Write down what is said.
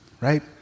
right